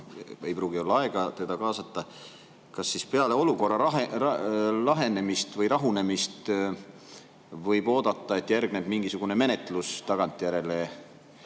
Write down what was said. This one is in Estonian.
ei pruugi olla aega teda kaasata, kas siis peale olukorra lahenemist või rahunemist võib oodata, et tagantjärele järgneb mingisugune menetlus, sest